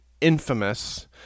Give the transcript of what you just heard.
infamous